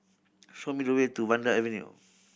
show me the way to Vanda Avenue